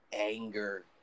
anger